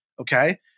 Okay